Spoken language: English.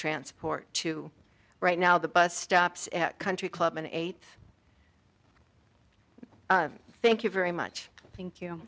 transport to right now the bus stops at country club and eight thank you very much thank you